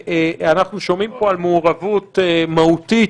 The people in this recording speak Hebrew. אנחנו שומעים פה על מעורבות מהותית